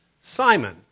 Simon